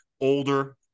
older